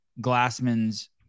Glassman's